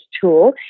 tool